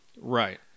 right